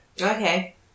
Okay